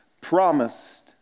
Promised